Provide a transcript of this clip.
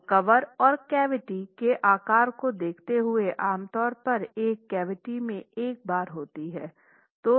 तो कवर और कैविटी के आकार को देखते हुए आमतौर पर एक कैविटी में एक बार होती है